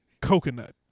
coconut